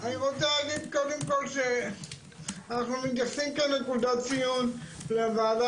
אני רוצה להגיד קודם כל שאנחנו --- כאן נקודת ציון לוועדה